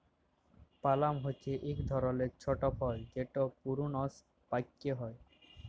পালাম হছে ইক ধরলের ছট ফল যেট পূরুনস পাক্যে হয়